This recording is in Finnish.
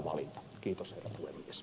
on tehty arvovalinta